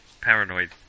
Paranoid